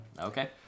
Okay